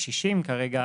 הקשישים כרגע